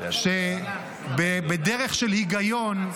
שבדרך של היגיון,